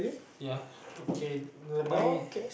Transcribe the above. ya K the my